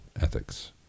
ethics